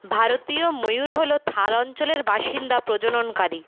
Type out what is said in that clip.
ভারতীয় ময়ূর হল থর অঞ্চলের বাসিন্দা প্রজননকারী